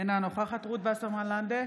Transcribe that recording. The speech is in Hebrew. אינו נוכח רות וסרמן לנדה,